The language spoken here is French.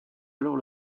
alors